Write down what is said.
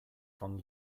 von